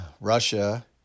Russia